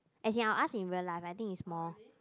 as in I will ask in real life I think it's more